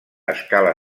escala